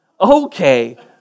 Okay